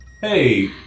Hey